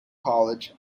college